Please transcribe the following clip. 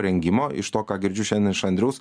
rengimo iš to ką girdžiu šiandien iš andriaus